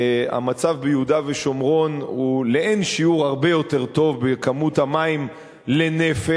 המצב ביהודה ושומרון הוא לאין שיעור הרבה יותר טוב בכמות המים לנפש.